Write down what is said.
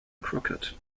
crockett